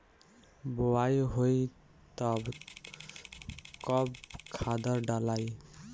बोआई होई तब कब खादार डालाई?